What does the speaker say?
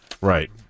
Right